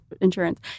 insurance